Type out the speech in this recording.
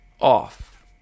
off